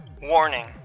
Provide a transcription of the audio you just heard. warning